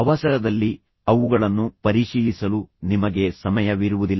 ಅವಸರದಲ್ಲಿ ಅವುಗಳನ್ನು ಪರಿಶೀಲಿಸಲು ನಿಮಗೆ ಸಮಯವಿರುವುದಿಲ್ಲ